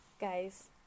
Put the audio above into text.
guys